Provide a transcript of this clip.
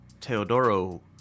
Teodoro